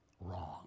wrong